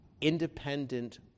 independent